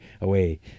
away